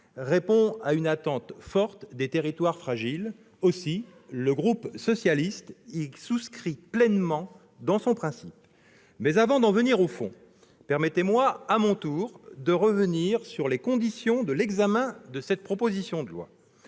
répond à une attente forte des territoires fragiles. Aussi, le groupe socialiste et républicain y souscrit pleinement dans son principe. Avant d'en venir au fond, permettez-moi de revenir, à mon tour, sur les conditions de l'examen de cette proposition de loi.